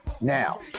Now